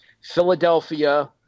Philadelphia